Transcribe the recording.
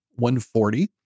140